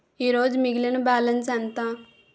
ఈరోజు మిగిలిన బ్యాలెన్స్ ఎంత?